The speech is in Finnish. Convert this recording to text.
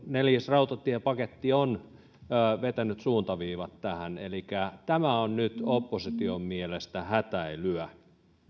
neljäs rautatiepaketti on vetänyt suuntaviivat tähän elikkä tämä on nyt opposition mielestä hätäilyä